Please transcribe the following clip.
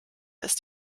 ist